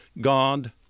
God